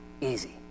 easy